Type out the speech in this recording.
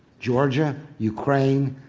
georgia, ukraine,